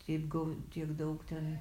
taip gau tiek daug ten